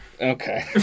Okay